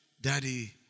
Daddy